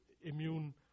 immune